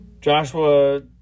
Joshua